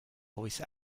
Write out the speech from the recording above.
voice